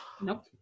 Nope